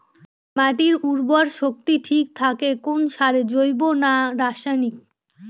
মাটির উর্বর শক্তি ঠিক থাকে কোন সারে জৈব না রাসায়নিক?